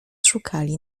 szukali